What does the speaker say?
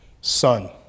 Son